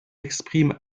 exprime